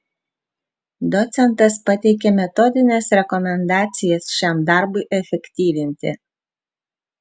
docentas pateikė metodines rekomendacijas šiam darbui efektyvinti